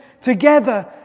together